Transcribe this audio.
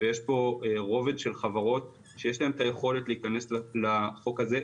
ויש פה רובד של חברות שיש להן את היכולת להיכנס לחוק הזה,